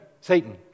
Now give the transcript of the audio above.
Satan